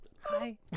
Hi